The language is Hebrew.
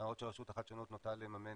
למרות שרשות החדשנות נוטה יותר לממן